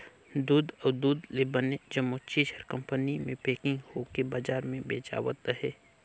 दूद अउ दूद ले बने जम्मो चीज हर कंपनी मे पेकिग होवके बजार मे बेचावत अहे